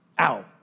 Ow